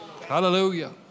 hallelujah